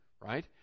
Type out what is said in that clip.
right